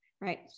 right